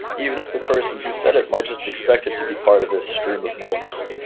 even if the person who said it might just expect it to be part of this stream of noise.